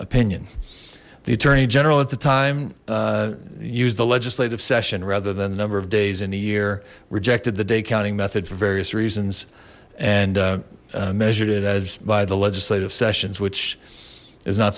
opinion the attorney general at the time used the legislative session rather than the number of days in a year rejected the date counting method for various reasons and measured it as by the legislative sessions which is not